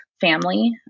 family